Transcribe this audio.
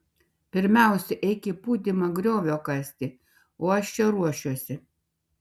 pirmiausia eik į pūdymą griovio kasti o aš čia ruošiuosi